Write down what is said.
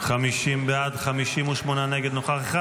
50 בעד, 58 נגד, נוכח אחד.